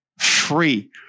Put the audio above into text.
free